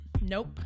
Nope